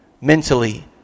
Mentally